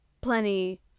plenty